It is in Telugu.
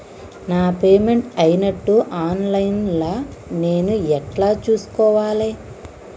నా పేమెంట్ అయినట్టు ఆన్ లైన్ లా నేను ఎట్ల చూస్కోవాలే?